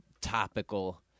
topical